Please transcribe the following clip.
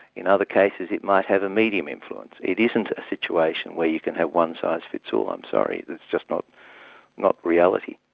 in other cases it might have a medium influence. it isn't a situation where you can have a one-size-fits-all, i'm sorry, that's just not not reality.